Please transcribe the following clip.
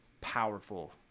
powerful